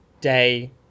day